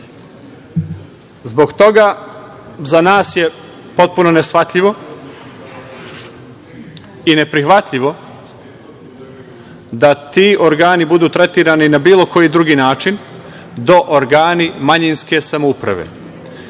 Zbog toga za nas je potpuno neshvatljivo i neprihvatljivo da ti organi budu tretirani na bilo koji drugi način, do organi manjinske samouprave. Ovaj